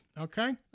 okay